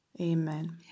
Amen